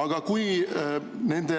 Aga kui nende